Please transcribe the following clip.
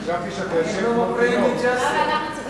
אני ישן טוב, אבל מעט.